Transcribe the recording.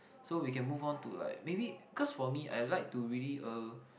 so we can move on to like maybe cause for me I like to really uh